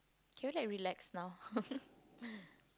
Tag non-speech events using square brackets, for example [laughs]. can we like relax now [laughs]